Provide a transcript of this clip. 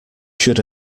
should